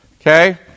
Okay